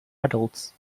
adults